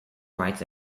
writes